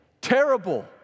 terrible